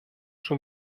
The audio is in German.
schon